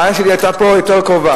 אבל הבעיה שלי היתה פה יותר קרובה,